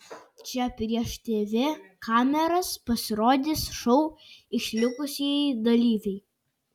čia prieš tv kameras pasirodys šou išlikusieji dalyviai